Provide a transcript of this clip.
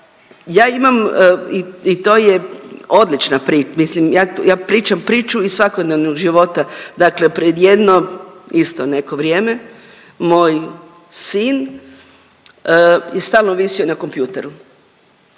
Ja imam i to je odlična priča, ja pričam priču iz svakodnevnog života. Dakle pred jedno isto neko vrijeme, moj sin je stalno visio na kompjuteru.